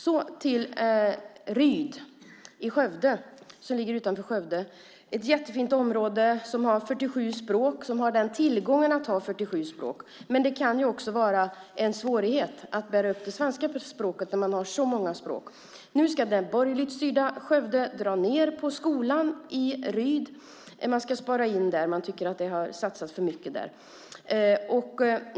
Sedan gäller det Ryd utanför Skövde, ett jättefint område som har den tillgång som det är att ha 47 språk. Men det kan också vara en svårighet att bära upp det svenska språket när det finns så många språk. Nu ska det borgerligt styrda Skövde dra ned på skolan i Ryd. Man ska spara in där; man tycker att det har satsats för mycket där.